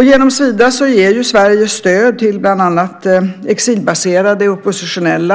Genom Sida ger Sverige stöd till bland andra exilbaserade oppositionella.